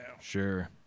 Sure